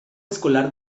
escolar